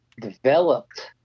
developed